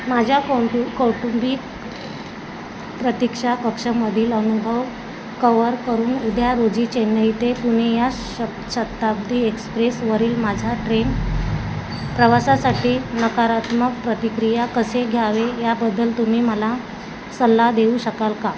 माझ्या कौटुं कौटुंबिक प्रतिक्षा कक्षमधील अनुभव कव्हर करून उद्या रोजी चेन्नई ते पुणे या श शताब्दी एक्सप्रेसवरील माझा ट्रेन प्रवासासाठी नकारात्मक प्रतिक्रिया कसे घ्यावे याबद्दल तुम्ही मला सल्ला देऊ शकाल का